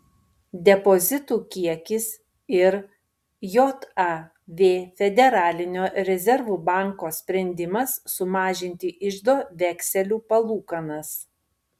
depozitų kiekis ir jav federalinio rezervų banko sprendimas sumažinti iždo vekselių palūkanas